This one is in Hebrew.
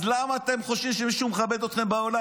אז למה אתם חושבים שמישהו מכבד אתכם בעולם?